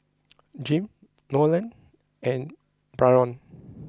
Jim Nolen and Byron